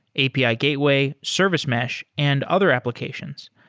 api ah gateway, service mash and other applications.